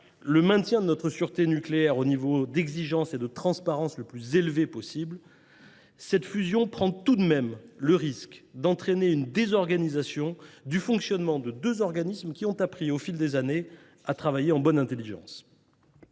le maintien de notre sûreté nucléaire au niveau d’exigence et de transparence le plus élevé possible, d’autre part ; mais cette fusion risque d’entraîner une désorganisation du fonctionnement de deux organismes qui ont appris, au fil des années, à travailler en bonne intelligence.